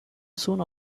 soon